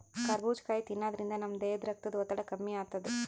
ಕರಬೂಜ್ ಕಾಯಿ ತಿನ್ನಾದ್ರಿನ್ದ ನಮ್ ದೇಹದ್ದ್ ರಕ್ತದ್ ಒತ್ತಡ ಕಮ್ಮಿ ಆತದ್